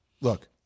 look